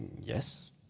Yes